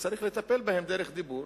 שצריך לטפל בהם דרך דיבור,